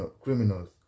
criminals